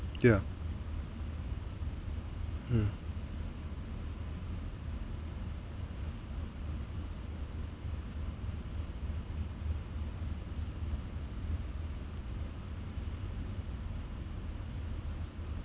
yeah mm